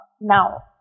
now